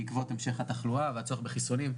בעקבות המשך התחלואה והצורך בחיסונים.